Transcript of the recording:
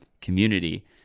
community